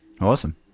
Awesome